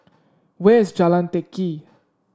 where is Jalan Teck Kee